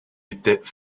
étaient